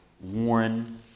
Warren